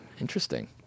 Interesting